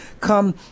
come